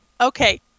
Okay